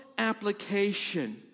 application